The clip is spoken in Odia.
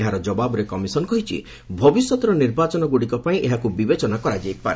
ଏହାର ଜବାବରେ କମିଶନ କହିଛି ଭବିଷ୍ୟତର ନିର୍ବାଚନ ଗୁଡ଼ିକ ପାଇଁ ଏହାକୁ ବିବେଚନା କରାଯାଇପାରେ